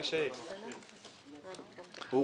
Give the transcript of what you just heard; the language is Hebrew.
רוצים 1 באפריל.